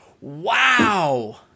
Wow